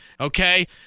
okay